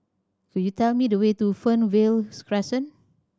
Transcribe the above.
could you tell me the way to Fernvale's Crescent